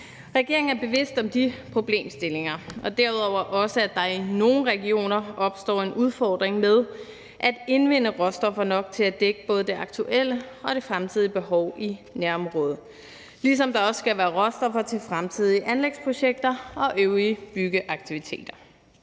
Regeringen er bevidst om de problemstillinger og derudover også, at der i nogle regioner opstår en udfordring med at indvinde råstoffer nok til at dække både det aktuelle og det fremtidige behov i nærområdet, ligesom der også skal være råstoffer til fremtidige anlægsprojekter og øvrige byggeaktiviteter.